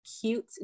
cute